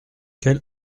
quelle